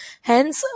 Hence